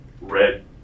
red